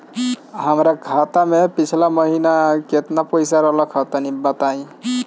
हमार खाता मे पिछला महीना केतना पईसा रहल ह तनि बताईं?